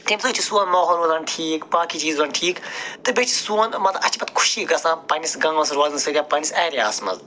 تَمہِ سۭتۍ چھُ سون ماحول روزان ٹھیٖک باقی چیٖز روزان ٹھیٖک تہٕ بیٚیہِ چھِ سون مطلب اَسہِ چھِ پتہٕ خوشی گَژھان پنٛنِس گامس روزنہٕ سۭتۍ یا پنٛنِس ایرِیاہس منٛز